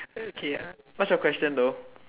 okay what's your question though